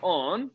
on